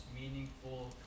meaningful